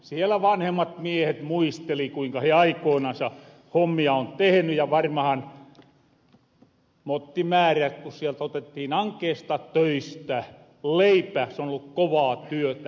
siellä vanhemmat miehet muisteli kuinka he aikoinansa hommia on teheny ja varmahan mottimäärät ku sieltä otettiin ankeesta töistä leipä se on ollu kovaa työtä